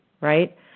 right